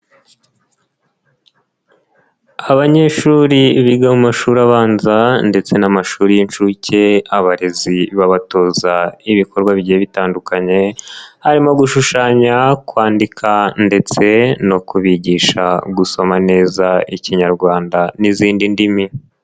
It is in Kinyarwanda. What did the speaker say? Abanyeshuri biga mu mashuri abanza ndetse n'amashuri y'inshuke abarezi babatoza ibikorwa bigiye bitandukanye harimo gushushanya, kwandika ndetse no kubigisha gusoma neza Ikinyarwanda n'izindi ndimi.